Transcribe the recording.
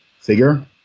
figure